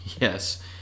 Yes